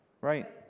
Right